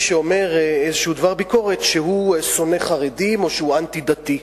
שאומר איזה דבר ביקורת שהוא שונא חרדים או שהוא אנטי-דתי.